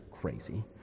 crazy